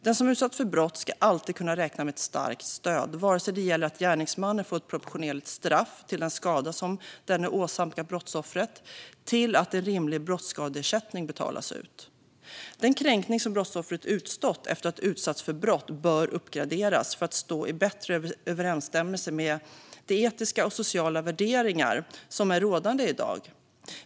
Den som utsatts för brott ska alltid kunna räkna med ett starkt stöd, vare sig det gäller att gärningsmannen får ett proportionerligt straff till den skada som denne åsamkat brottsoffret eller att en rimlig brottskadeersättning betalas ut. Den kränkning som brottsoffret utstått efter att ha utsatts för brott bör uppgraderas för att stå i bättre överensstämmelse med de etiska och sociala värderingar som är rådande i dag.